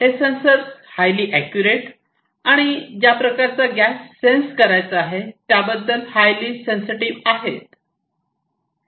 हे sensors highly accurate आणि ज्या प्रकारचा गॅस सेन्स करायचा आहे त्याबद्दल हायली सेन्सिटिव्ह आहेत